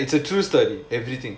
ya it's a true story everything